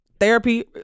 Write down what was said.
Therapy